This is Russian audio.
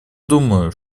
думаю